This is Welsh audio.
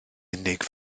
unig